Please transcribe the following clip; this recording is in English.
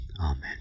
Amen